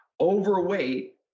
overweight